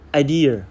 idea